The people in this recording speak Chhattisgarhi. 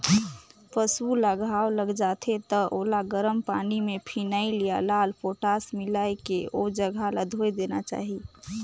पसु ल घांव लग जाथे त ओला गरम पानी में फिनाइल या लाल पोटास मिलायके ओ जघा ल धोय देना चाही